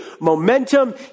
momentum